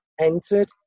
entered